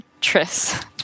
Tris